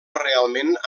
realment